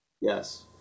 yes